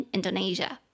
Indonesia